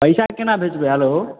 पैसा केना भेजबै हेलो